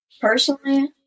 personally